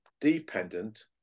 dependent